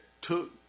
took